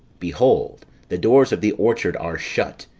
behold the doors of the orchard are shut,